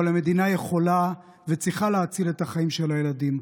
אבל המדינה יכולה וצריכה להציל את החיים של הילדים.